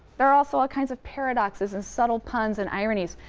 there are also all kinds of paradoxes and subtle puns and ironies,